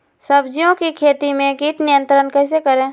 सब्जियों की खेती में कीट नियंत्रण कैसे करें?